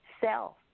self